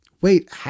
Wait